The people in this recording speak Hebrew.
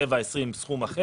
שבעה עד 20 סכום אחר,